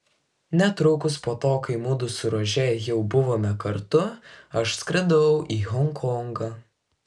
netrukus po to kai mudu su rože jau buvome kartu aš skridau į honkongą